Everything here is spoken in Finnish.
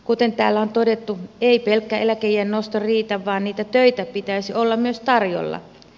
kuten täällä on todettu ei pelkkä eläkeiän nosto riitä vaan niitä töitä pitäisi olla myös tarjolla